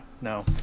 no